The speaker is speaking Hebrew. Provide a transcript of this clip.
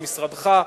במשרדך,